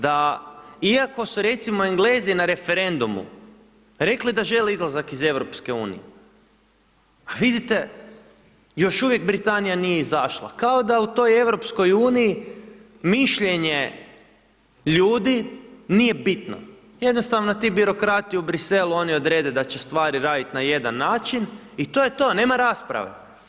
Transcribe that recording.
Da, iako su recimo Englezi na referendumu rekli da žele izlazak iz EU, a vidite još uvijek Britanija nije izašla, kao da u toj EU mišljenje ljudi nije bitno, jednostavno ti birokrati u Briselu, oni odrede da će stvari radit na jedan način i to je to, nema rasprave.